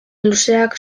luzeak